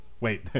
Wait